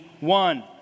one